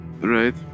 Right